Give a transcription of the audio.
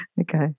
Okay